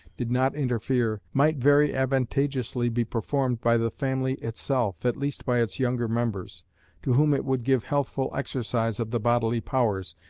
did not interfere, might very advantageously be performed by the family itself, at least by its younger members to whom it would give healthful exercise of the bodily powers,